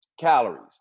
calories